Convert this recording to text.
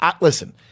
Listen